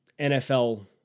NFL